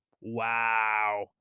Wow